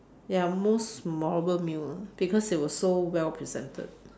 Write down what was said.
ya most memorable meal ah because it was so well presented